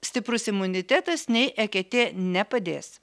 stiprus imunitetas nei eketė nepadės